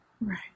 Right